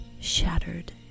shattered